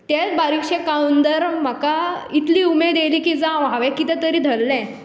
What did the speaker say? तेंच बारीकशें काळुंदर म्हाका इतली उमेद आयली की जांव हांवें कितें तरी धल्लें